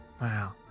Wow